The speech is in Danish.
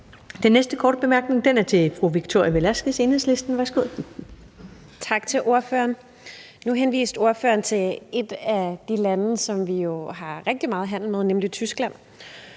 Den næste korte bemærkning er til fru Victoria Velasquez, Enhedslisten. Værsgo. Kl. 19:15 Victoria Velasquez (EL): Tak til ordføreren. Nu henviste ordføreren til et af de lande, som vi jo har rigtig meget handel med, nemlig Tyskland.